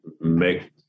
make